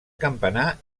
campanar